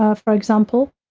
ah for example,